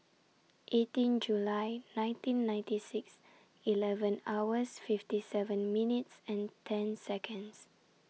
eighteen July nineteen ninety six eleven hours fifty seven minutes and ten secomds